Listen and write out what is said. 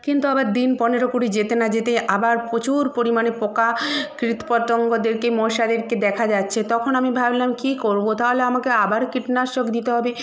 কিন্তু আবার দিন পনেরো কুড়ি যেতে না যেতেই আবার প্রচুর পরিমাণে পোকা কীটপতঙ্গদেরকে মশাদেরকে দেখা যাচ্ছে তখন আমি ভাবলাম কি করব তাহলে আমাকে আবার কীটনাশক দিতে হবে